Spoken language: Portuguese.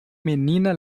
menina